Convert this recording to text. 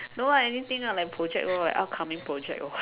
no lah anything lah like project or like upcoming project work orh